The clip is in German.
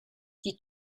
die